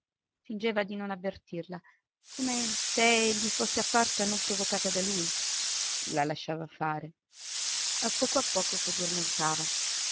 fingeva di non avvertirla come se gli fosse apparsa non provocata da lui la lasciava fare a poco a poco